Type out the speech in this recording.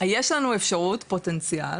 יש לנו אפשרות, פוטנציאל.